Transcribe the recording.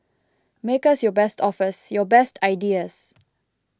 make us your best offers your best ideas